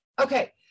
Okay